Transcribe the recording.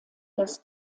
das